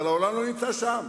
אבל העולם לא נמצא שם.